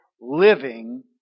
living